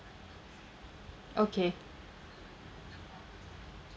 okay